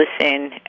listen